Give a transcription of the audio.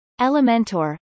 Elementor